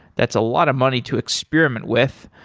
that's a lot of money to experiment with.